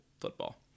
football